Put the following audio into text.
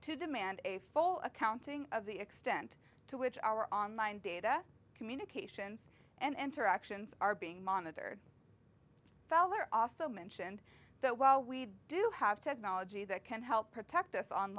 to demand a full accounting of the extent to which our online data communications and interactions are being monitored fell there are also mentioned that while we do have technology that can help protect us on